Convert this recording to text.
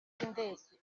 cy’indege